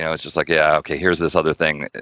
you know it's just like, yeah okay, here's this other thing,